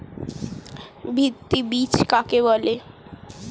ভিত্তি বীজ কাকে বলে?